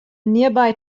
nearby